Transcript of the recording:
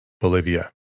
Bolivia